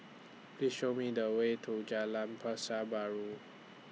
Please Show Me The Way to Jalan Pasar Baru